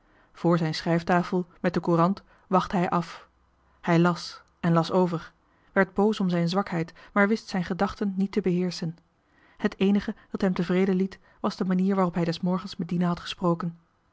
vr zijn schrijftafel met de courant wachtte hij af hij las en las over werd boos om zijn zwakheid maar wist zijn gedachten niet te beheerschen het eenige dat hem tevreden liet was de manier waarop hij des morgens met dina had gesproken